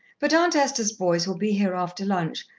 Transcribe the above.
but aunt esther's boys will be here after lunch,